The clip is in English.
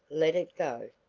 let it go.